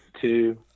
two